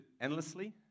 endlessly